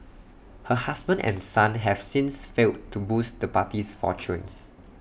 her husband and son have since failed to boost the party's fortunes